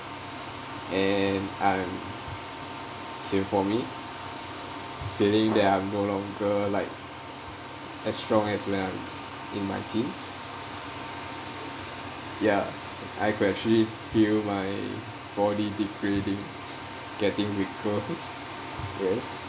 and I'm same for me feeling that I'm no longer like as strong as when I'm in my teens ya I could actually feel my body degrading getting weaker yes